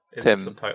Tim